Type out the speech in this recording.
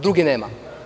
Druge nema.